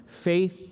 Faith